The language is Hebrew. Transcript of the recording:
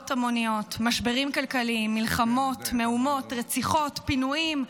משברים כלכליים, מלחמות, מהומות, רציחות, פינויים,